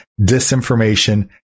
disinformation